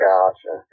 Gotcha